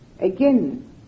again